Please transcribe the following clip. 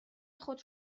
خود